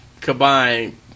combined